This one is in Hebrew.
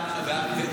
המחיר ירד,